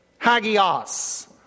Hagios